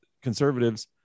conservatives